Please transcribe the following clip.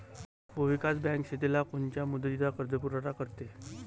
भूविकास बँक शेतीला कोनच्या मुदतीचा कर्जपुरवठा करते?